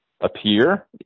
appear